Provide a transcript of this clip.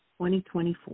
2024